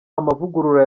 amavugurura